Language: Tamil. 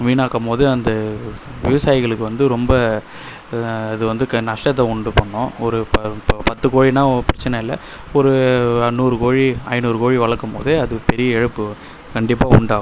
வீணாக்கும்போது அந்த விவசாயிகளுக்கு வந்து ரொம்ப இது வந்து நஷ்ட்டத்தை உண்டு பண்ணும் ஒரு ப பத்து கோழின்னா பிரச்சனை இல்லை ஒரு நூறு கோழி ஐநூறு கோழி வளர்க்கும் போது அது பெரிய இழப்பு கண்டிப்பாக உண்டாகும்